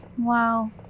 Wow